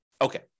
Okay